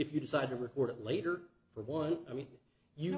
if you decide to record it later for one i mean you